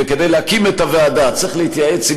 וכדי להקים את הוועדה צריך להתייעץ עם